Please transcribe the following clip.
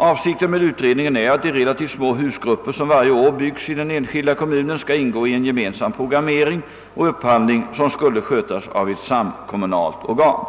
Avsikten med utredningen är att de relativt små husgrupper som varje år byggs i den enskilda kommunen skall ingå i en gemensam programmering och upphandling som skulle skötas av ett samkommunalt organ.